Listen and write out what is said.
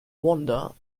vonda